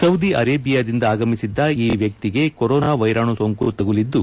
Saudi ಅರೇಬಿಯಾದಿಂದ ಆಗಮಿಸಿದ್ದ ಈ ವ್ಯಕ್ತಿಗೆ ಕೊರೊನಾ ವೈರಾಣು ಸೋಂಕು ತಗುಲಿದ್ದು